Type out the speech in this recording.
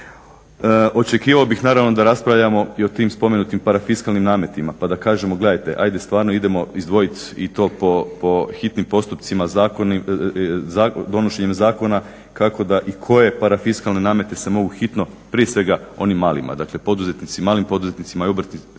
Očekivao bih naravno da raspravljamo i o tim spomenutim parafiskalnim nametima, pa da kažemo gledajte, hajde stvarno idemo izdvojit i to po hitnim postupcima donošenjem zakona kako da i koje parafiskalne namete se mogu hitno prije svega onim malim. Dakle, poduzetnicima, malim poduzetnicima